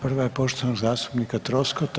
Prva je poštovanog zastupnika Troskota.